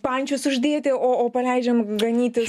pančius uždėti o o paleidžiam ganytis